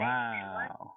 Wow